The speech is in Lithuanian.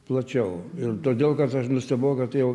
plačiau ir todėl kad aš nustebau kad tai jau